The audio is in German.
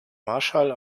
marschall